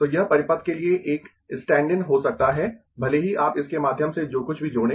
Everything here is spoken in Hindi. तो यह परिपथ के लिए एक स्टैंड इन हो सकता है भले ही आप इसके माध्यम से जो कुछ भी जोड़ें